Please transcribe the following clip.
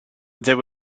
there